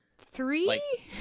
Three